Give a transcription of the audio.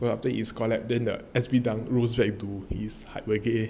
so after its collab then the S_B dunk rose back to